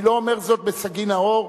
ואני לא אומר זאת בלשון סגי-נהור,